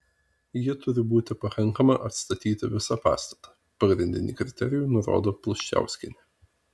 ji turi būti pakankama atstatyti visą pastatą pagrindinį kriterijų nurodo pluščauskienė